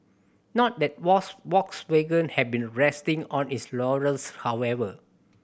not that Volkswagen has been resting on its laurels however